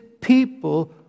people